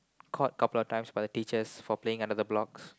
caught couple of times by the teachers for playing on the blocks